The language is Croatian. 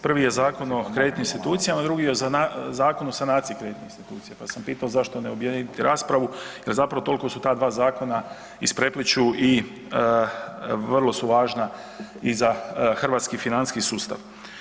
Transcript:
Prvi je Zakon o kreditnim institucijama, drugi je Zakon o sanaciji kreditnih institucija, pa sam pito zašto ne objediniti raspravu jel zapravo tolko su ta dva zakona isprepliću i vrlo su važna i za hrvatski financijski sustav.